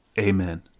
Amen